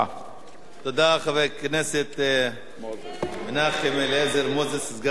תודה, חבר הכנסת מנחם אליעזר מוזס, סגן שר החינוך.